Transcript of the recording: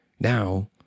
Now